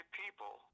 people